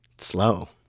slow